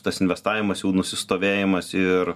tas investavimas jau nusistovėjimas ir